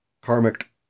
karmic